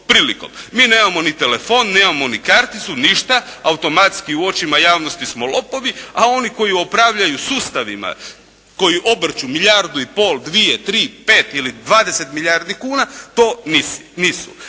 Mi nemamo ni telefon, nemamo ni karticu, ništa, automatski u očima javnosti smo lopovi, a oni koji upravljaju sustavima koji obrću milijardu i pol, dvije, tri, pet ili dvadeset milijardi kuna to nisu.